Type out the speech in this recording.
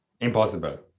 impossible